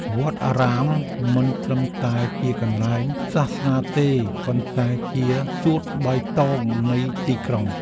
វត្តអារាមមិនត្រឹមតែជាកន្លែងសាសនាទេ ប៉ុន្តែជាសួតបៃតងនៃទីក្រុង។